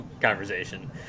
conversation